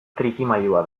trikimailua